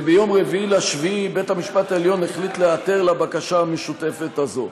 וביום 4.7 בית-המשפט העליון החליט להיעתר לבקשה המשותפת הזאת.